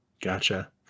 Gotcha